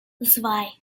zwei